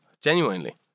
Genuinely